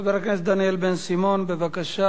חבר הכנסת דניאל בן-סימון, בבקשה.